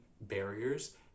barriers